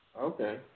Okay